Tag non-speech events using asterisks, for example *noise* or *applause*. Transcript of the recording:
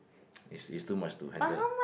*noise* it's it's too much to handle